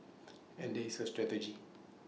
and there is A strategy